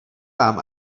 vám